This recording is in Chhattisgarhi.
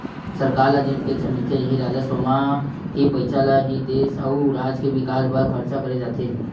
सरकार ल जेन टेक्स मिलथे इही राजस्व म के पइसा ले ही देस अउ राज के बिकास बर खरचा करे जाथे